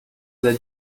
dal